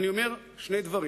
אני אומר שני דברים.